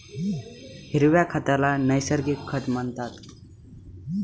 हिरव्या खताला नैसर्गिक खत म्हणतात